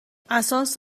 اساس